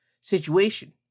situation